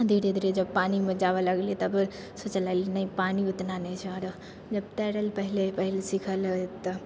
धीरे धीरे जब पानिमे जाबय लगलिये तब सोचलियै नहि पानि उतना नहि छै आओर जब तैरय लए पहिले पहल सिखलियै तऽ